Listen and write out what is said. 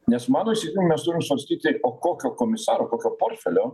nes mano įsitikinimu mes turim svarstyti o kokio komisaro kokio portfelio